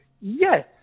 Yes